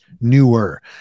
newer